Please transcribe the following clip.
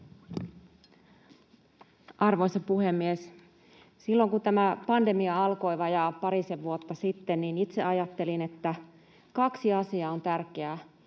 Arvoisa puhemies! Silloin, kun tämä pandemia alkoi vajaa parisen vuotta sitten, niin itse ajattelin, että kaksi asiaa on tärkeää: